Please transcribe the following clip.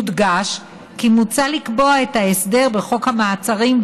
יודגש כי מוצע לקבוע את ההסדר בחוק המעצרים,